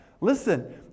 Listen